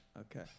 okay